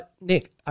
Nick